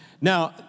Now